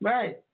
Right